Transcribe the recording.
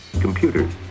Computers